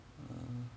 uh